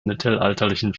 mittelalterlichen